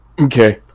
Okay